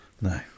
No